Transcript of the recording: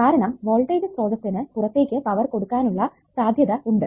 കാരണം വോൾടേജ് സ്രോതസ്സിനു പുറത്തേക്ക് പവർ കൊടുക്കാനുള്ള സാധ്യത ഉണ്ട്